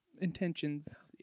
intentions